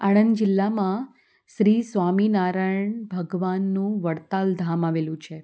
આણંદ જિલ્લામાં શ્રી સ્વામિનારાયણ ભગવાનનું વડતાલ ધામ આવેલું છે